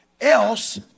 else